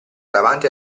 davanti